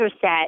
set